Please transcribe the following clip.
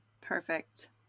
Perfect